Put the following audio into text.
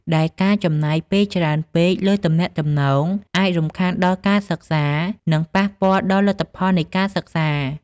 ដែលការចំណាយពេលច្រើនពេកលើទំនាក់ទំនងអាចរំខានដល់ការសិក្សា និងប៉ះពាល់ដល់លទ្ធផលនៃការសិក្សា។